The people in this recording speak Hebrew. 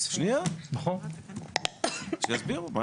שיסבירו.